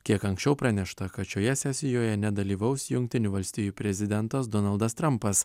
kiek anksčiau pranešta kad šioje sesijoje nedalyvaus jungtinių valstijų prezidentas donaldas trampas